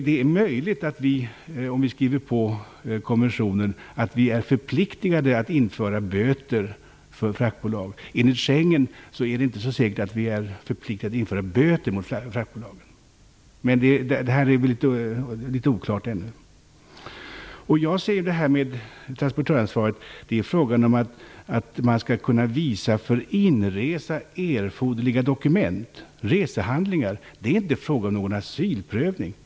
Det är möjligt att vi om vi skriver på konventionen är förpliktigade att införa böter för fraktbolag. Enligt Schengenavtalet är det inte så säkert. Men detta är litet oklart ännu. Transportörsansvaret handlar om att man skall kunna visa att det funnits för inresa erforderliga dokument. Det gäller alltså resehandlingar, inte asylprövning.